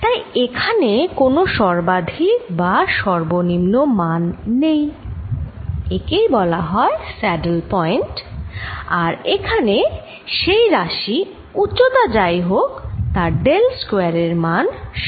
তাই এখানে কোন সর্বাধিক বা সর্বনিম্ন মান নেই একে বলা হয় স্যাডল পয়েন্ট আর এখানে সেই রাশি উচ্চতা যাই হোক তার ডেল স্কয়ার এর মান 0 হবে